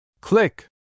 Click